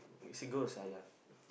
is a ghost ah yeah